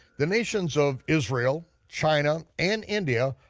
the nations of israel, china, and india,